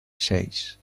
seis